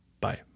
Bye